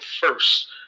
first